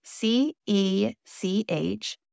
CECH